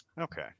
Okay